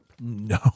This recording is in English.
no